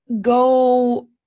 go